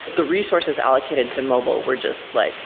the resources allocated to mobile were just like